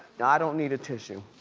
now i don't need a tissue.